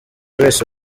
wese